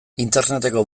interneteko